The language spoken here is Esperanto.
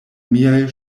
miaj